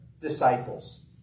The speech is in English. disciples